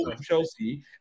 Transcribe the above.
Chelsea